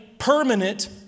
permanent